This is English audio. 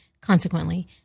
consequently